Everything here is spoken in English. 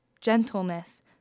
gentleness